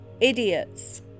idiots